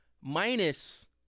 minus